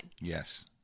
Yes